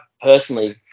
personally